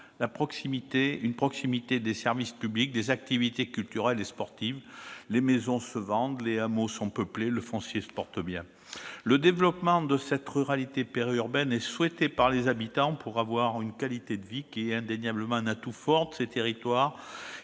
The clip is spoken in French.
la proximité des services publics, des activités culturelles et sportives. Dans ces zones, les maisons se vendent, les hameaux sont peuplés, le foncier se porte bien. Le développement de cette ruralité périurbaine est souhaité par les habitants pour la qualité de vie qu'ils y trouvent. C'est un atout fort de ces territoires,